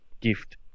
gift